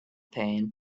pain